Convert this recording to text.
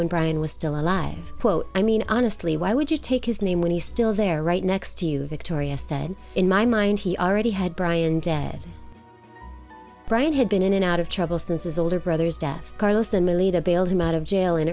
when brian was still alive quote i mean honestly why would you take his name when he's still there right next to you victoria said in my mind he already had brian dead brian had been in and out of trouble since his older brother's death carlos and my leader bailed him out of jail in